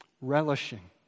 relishing